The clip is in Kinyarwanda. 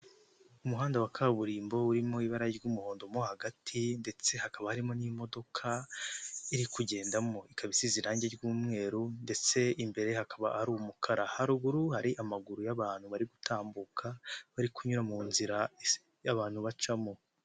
Umuhanda wa kaburimbo urimo ibara ry'umuhondo mo hagati ndetse hakaba harimo n'imodoka iri kugendamo ikaba isize irangi ry'umweru ndetse imbere hakaba ari umukara . Haruguru hari amaguru y'abantu bari gutambuka bari kunyura mu nzira y'abantu bacamo.